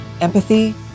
empathy